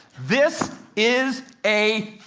this is a